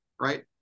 right